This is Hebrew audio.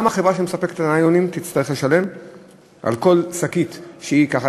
גם החברה שמספקת את הניילונים תצטרך לשלם על כל שקית שהיא ככה,